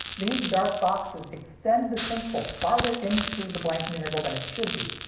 these dark boxes extend the sync pulse farther into the blanking interval than it should be,